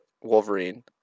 Wolverine